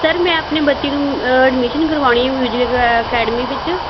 sir ਮੈਂ ਆਪਣੇ ਬੱਚੇ ਨੂੰ ਐਡਮੀਸ਼ਨ ਕਰਵਾਉਣੀ ਮਿਊਜ਼ਿਕ ਕੈ ਅਕੈਡਮੀ ਵਿੱਚ